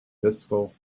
fiscal